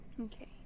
okay